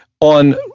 on